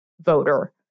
voter